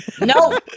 No